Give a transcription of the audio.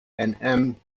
and